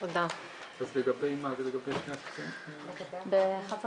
הישיבה ננעלה בשעה